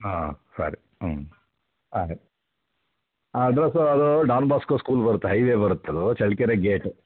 ಆಂ ಸರಿ ಹ್ಞೂ ಆಯ್ತು ಹಾಂ ಅಡ್ರಸ್ಸು ಅದು ಡಾನ್ ಬಾಸ್ಕೋ ಸ್ಕೂಲ್ ಬರುತ್ತೆ ಹೈವೇಲಿ ಬರುತ್ತದು ಚಳ್ಳಕೆರೆ ಗೇಟು